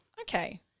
Okay